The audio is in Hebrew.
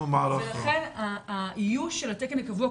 לכן האיוש של התקן הקבוע,